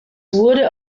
wurde